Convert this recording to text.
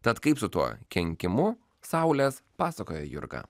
tad kaip su tuo kenkimu saulės pasakoja jurga